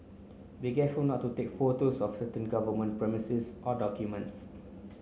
be careful not to take photos of certain government premises or documents